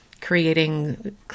creating